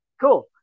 cool